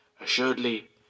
Assuredly